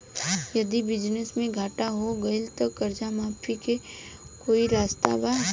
यदि बिजनेस मे घाटा हो गएल त कर्जा माफी के कोई रास्ता बा?